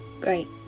Great